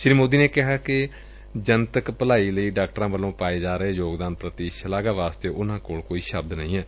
ਸ੍ਰੀ ਮੋਦੀ ਨੇ ਕਿਹਾ ਕਿ ਜਨਤਕ ਭਲਾਈ ਲਈ ਡਾਕਟਰਾਂ ਵੱਲੋਂ ਪਾਏ ਜਾ ਰਹੇ ਯੋਗਦਾਨ ਪ੍ਰਤੀ ਸ਼ਲਾਘਾ ਵਾਸਤੇ ਉਨਾਂ ਕੋਲ ਕੋਈ ਸ਼ਬਦ ਨਹੀਂ ਏ